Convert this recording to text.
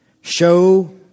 Show